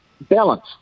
Balanced